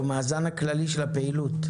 הוא המאזן הכלכלי של הפעילות.